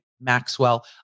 Maxwell